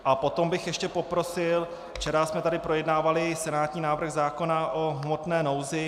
A potom bych ještě poprosil včera jsme tady projednávali senátní návrh zákona o hmotné nouzi.